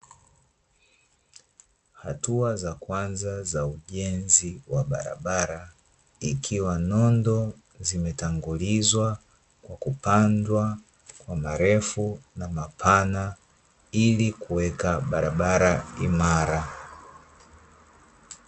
Hatua za kwanza za ujenzi wa barabara, ikiwa nondo zimetangulizwa kupandwa kwa marefu na mapana Ili kuweka barabara imara.